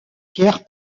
pierre